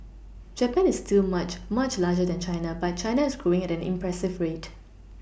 Japan is still much much larger than China but China is growing at an impressive rate